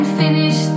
finish